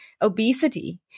obesity